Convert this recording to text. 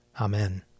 Amen